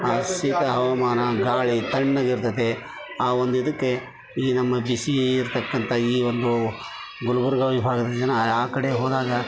ಆ ಶೀತ ಹವಾಮಾನ ಗಾಳಿ ತಣ್ಣಗೆ ಇರ್ತದೆ ಆ ಒಂದು ಇದಕ್ಕೆ ಈ ನಮ್ಮ ಬಿಸಿ ಇರ್ತಕ್ಕಂಥ ಈ ಒಂದು ಗುಲ್ಬರ್ಗ ವಿಭಾಗದ ಜನ ಆ ಕಡೆ ಹೋದಾಗ